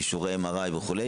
באישורי MRI וכו',